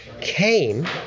came